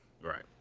Right